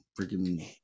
freaking